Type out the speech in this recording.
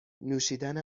نوشیدن